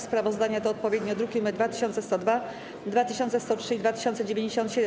Sprawozdania to odpowiednio druki nr 2102, 2103 i 2097.